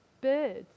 birds